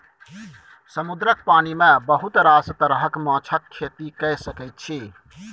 समुद्रक पानि मे बहुत रास तरहक माछक खेती कए सकैत छी